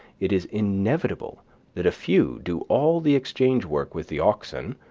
it is inevitable that a few do all the exchange work with the oxen,